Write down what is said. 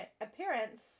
appearance